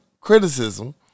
criticism